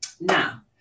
now